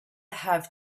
have